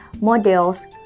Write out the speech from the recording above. models